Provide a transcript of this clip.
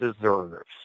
deserves